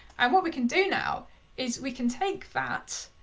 um what we can do now is we can take that,